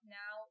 now